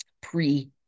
pre-